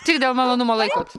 tik dėl malonumo laikot